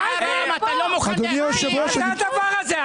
--- מה זה הדבר הזה?